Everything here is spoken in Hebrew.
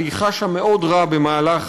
והיא חשה מאוד רע במהלך